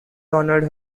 honoured